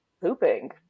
pooping